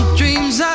dreams